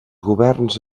governs